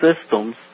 systems